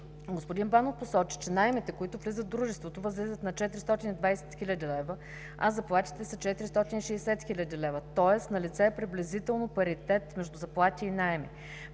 Господин Банов посочи, че наемите, които влизат в дружеството, възлизат на 420 хил. лв., а заплатите са 460 хил. лв., тоест налице е приблизителен паритет между заплати и наеми.